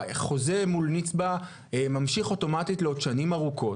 החוזה מול נצבא ממשיך אוטומטית לעוד שנים ארוכות.